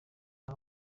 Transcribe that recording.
nta